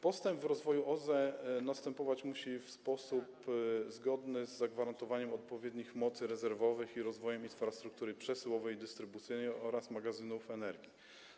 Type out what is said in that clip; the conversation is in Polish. Postęp w rozwoju OZE musi następować w sposób zgodny z zagwarantowaniem odpowiednich mocy rezerwowych i rozwojem infrastruktury przesyłowej, dystrybucyjnej oraz magazynów energii.